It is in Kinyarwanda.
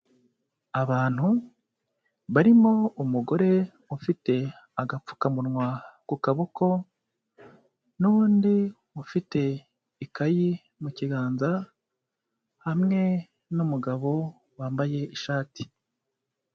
Abantu barimo umugore ufite agapfukamunwa ku kaboko n'undi ufite ikayi mu kiganza, hamwe n'umugabo wambaye ishati.